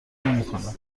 نمیکنه